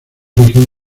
región